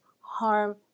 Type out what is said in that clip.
harm